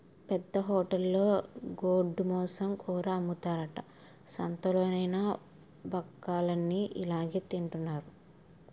పెద్ద హోటలులో గొడ్డుమాంసం కూర అమ్ముతారట సంతాలలోన బక్కలన్ని ఇలాగె తినెత్తన్నారు